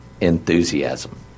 enthusiasm